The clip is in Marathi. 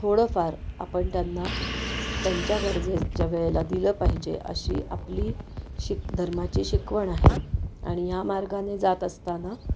थोडंफार आपण त्यांना त्यांच्या गरजेच्या वेळेला दिलं पाहिजे अशी आपली शिक धर्माची शिकवण आहे आणि या मार्गाने जात असताना